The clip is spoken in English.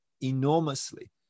enormously